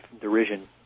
derision